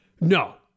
No